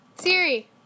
Siri